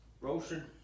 roasted